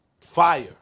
fire